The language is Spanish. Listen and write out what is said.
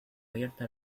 abierta